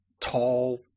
tall